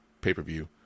pay-per-view